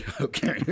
Okay